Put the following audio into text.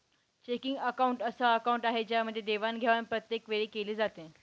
checking account अस account आहे ज्यामध्ये देवाणघेवाण प्रत्येक वेळी केली जाते